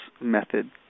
method